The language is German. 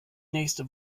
nächste